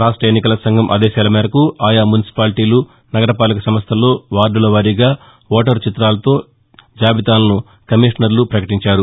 రాష్ట ఎన్నికల సంఘం ఆదేశాల మేరకు ఆయా మున్సిపాలిటీలు నగరపాలక సంస్థల్లో వార్దల వారీగా ఓటరు చిత్రాలతో జాబితాలను కమిషనర్లు శుక్రవారం పకటించారు